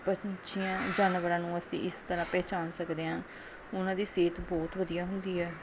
ਪੰਛੀਆਂ ਜਾਨਵਰਾਂ ਨੂੰ ਅਸੀਂ ਇਸ ਤਰ੍ਹਾਂ ਪਹਿਚਾਣ ਸਕਦੇ ਹਾਂ ਉਹਨਾਂ ਦੀ ਸਿਹਤ ਬਹੁਤ ਵਧੀਆ ਹੁੰਦੀ ਹੈ